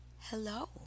hello